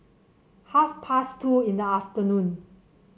half past two in the afternoon